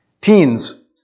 Teens